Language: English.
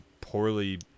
poorly